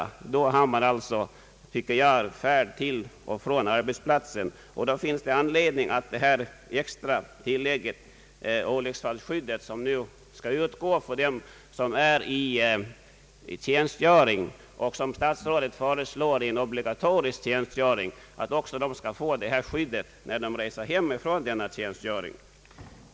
Då är det, tycker jag, fråga om färd till och från arbetsplats, och då finns det anledning att det olycksfallsskydd skall utgå som statsrådet nu föreslår för dem som fullgör obligatorisk tjänstgöring.